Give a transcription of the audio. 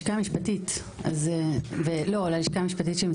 בעיקר בנושא השמש השמש בארץ לא דומה מזו שבדרום